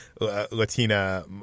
Latina